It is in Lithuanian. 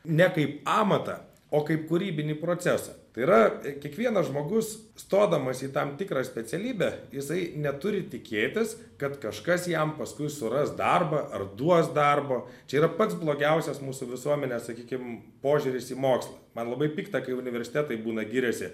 ne kaip amatą o kaip kūrybinį procesą tai yra kiekvienas žmogus stodamas į tam tikrą specialybę jisai neturi tikėtis kad kažkas jam paskui suras darbą ar duos darbo čia yra pats blogiausias mūsų visuomenės sakykim požiūris į mokslą man labai pikta kai universitetai būna giriasi